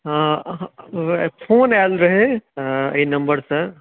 हँ फोन आयल रहै एहि नम्बरसँ